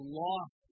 lost